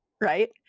right